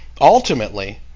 Ultimately